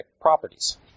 properties